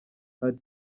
ati